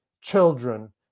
children